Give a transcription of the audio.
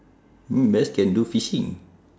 mm bears can do fishing